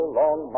long